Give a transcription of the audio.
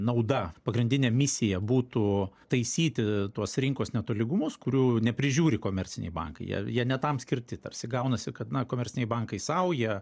nauda pagrindinė misija būtų taisyti tuos rinkos netolygumus kurių neprižiūri komerciniai bankai jei jie ne tam skirti tarsi gaunasi kad na komerciniai bankai sau jie